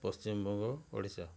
Paschimbanga Odisha